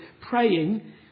praying